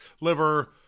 liver